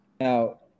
Now